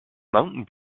mountain